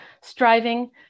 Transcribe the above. striving